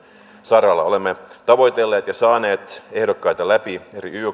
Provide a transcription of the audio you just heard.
saralla olemme tavoitelleet ja saaneet ehdokkaita läpi eri